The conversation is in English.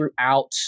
throughout